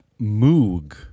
Moog